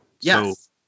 Yes